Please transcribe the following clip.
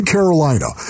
Carolina